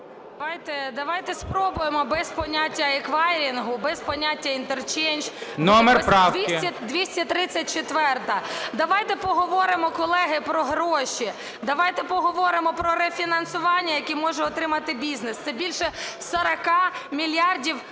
Давайте спробуємо без поняття еквайрингу, без поняття інтерчейндж. ГОЛОВУЮЧИЙ. Номер правки? МЕЗЕНЦЕВА М.С. 234-а. Давайте поговоримо, колеги, про гроші, давайте поговоримо про рефінансування, який може отримати бізнес. Це більше 40 мільярдів гривень